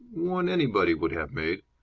one anybody would have made.